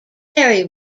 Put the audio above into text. very